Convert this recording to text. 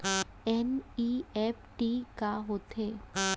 NEFT का होथे?